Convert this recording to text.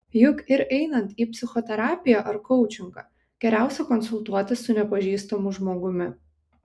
juk ir einant į psichoterapiją ar koučingą geriausia konsultuotis su nepažįstamu žmogumi